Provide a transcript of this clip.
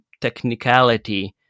technicality